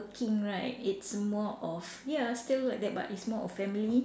~king right it's more of ya still like that but it's more of family